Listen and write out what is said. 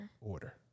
Order